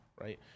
right